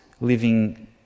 living